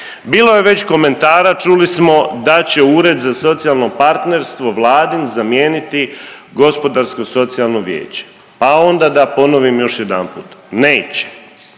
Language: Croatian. Bilo je već komentara, čuli smo da će Ured za socijalno partnerstvo Vladin zamijeniti Gospodarsko-socijalno vijeće, pa onda da ponovim još jedanput, neće.